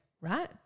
right